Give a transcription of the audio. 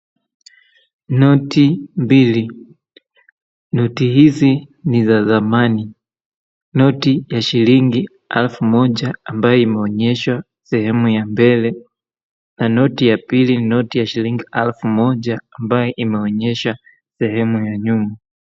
Noti mbili, noti hizi ni za zamani. Noti ya shilingi elfu moja ambayo imeonyesha sehemu ya mbele, na noti ya mbili noti ya shilingi elfu moja ambayo imeonyesha sehemu ya nyuma.